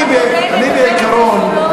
אני בעיקרון,